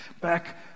back